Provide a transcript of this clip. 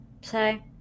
say